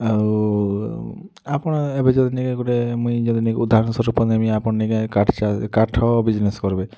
ଆଉ ଆପଣ ଏବେ ଯଦି ନେ କେ ଗୋଟେ ମୁଁଇ ଯଦି ନେଇ ଉଦାହରଣ ସ୍ୱରୂପ ନେବି ଆପଣ ନି କେ କାଠ୍ ସାହା କାଠ ବିଜ୍ନେସ୍ କରିବେ